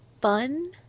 fun